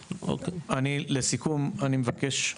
לסיכום אני מבקש,